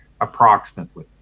approximately